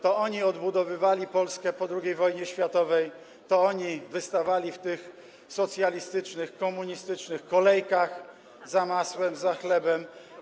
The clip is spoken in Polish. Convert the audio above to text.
To oni odbudowali Polskę po II wojnie światowej, to oni wystawali w tych socjalistycznych, komunistycznych kolejkach po masło, po chleb.